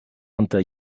unter